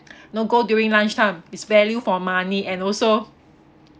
you know go during lunchtime is value for money and also